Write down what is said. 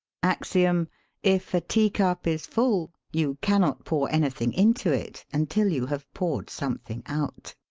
axiom if a tea-cup is full you cannot pour anything into it until you have poured some thing out,